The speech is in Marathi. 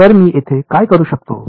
तर मी येथे काय करू शकतो